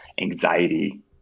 anxiety